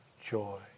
joy